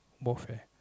warfare